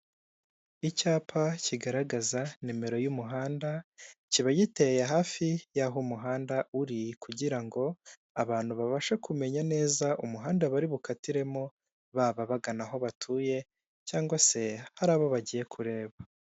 Icyapa kigaragaza nimero y'umuhanda kiba giteye hafi y'aho umuhanda uri kugira ngo abantu babashe kumenya neza umuhanda bari bukatiremo baba bagana aho batuye cyangwa se hari abo bagiye kureba.